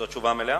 זו התשובה המלאה?